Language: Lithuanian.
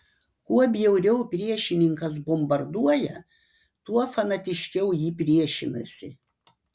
kuo bjauriau priešininkas bombarduoja tuo fanatiškiau ji priešinasi